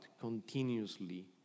Continuously